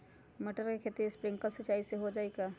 मटर के खेती स्प्रिंकलर सिंचाई से हो जाई का?